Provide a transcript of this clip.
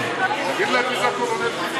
תגיד להם מי זה הקולונל קיש.